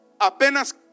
Apenas